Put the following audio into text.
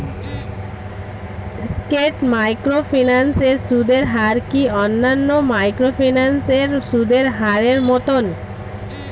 স্কেট microfinance এর সুদের হার কি অন্যান্য মাইক্রোফিন্যান্স এর সুদের হারের মতন?